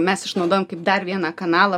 mes išnaudojam kaip dar vieną kanalą